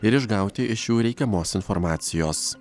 ir išgauti iš jų reikiamos informacijos